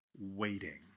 waiting